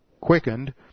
quickened